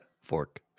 fork